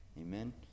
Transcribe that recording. Amen